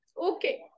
Okay